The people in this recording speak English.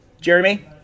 Jeremy